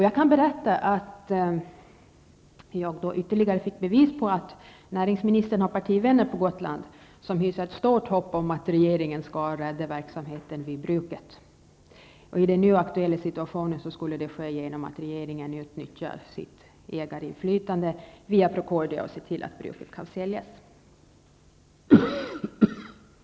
Jag kan berätta att jag då fick ytterligare bevis på att näringsministern på Gotland har partivänner som hyser ett stort hopp om att regeringen skall rädda verksamheten vid bruket. I den nu aktuella situationen skulle det ske genom att regeringen utnyttjar sitt ägarinflytande via Procordia och ser till att bruket kan säljas.